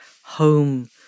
home